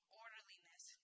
orderliness